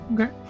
okay